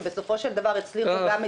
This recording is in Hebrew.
ובסופו של דבר הצליחו.